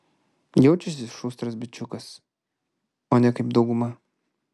jaučiasi šustras bičiukas o ne kaip dauguma